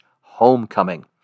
homecoming